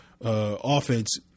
offense